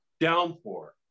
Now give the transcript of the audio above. downpour